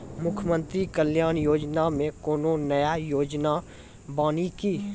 मुख्यमंत्री कल्याण योजना मे कोनो नया योजना बानी की?